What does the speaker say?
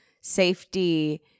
safety